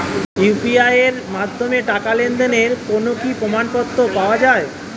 UPI এর মাধ্যমে টাকা লেনদেনের কোন কি প্রমাণপত্র পাওয়া য়ায়?